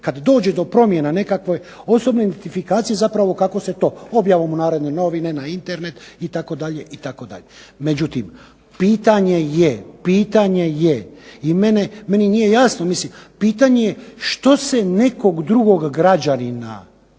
kad dođe do promjena nekakve osobne identifikacije zapravo kako se to, objavom u Narodne novine, na Internet itd., itd. Međutim, pitanje je i meni nije jasno, pitanje je što se nekog drugog građanina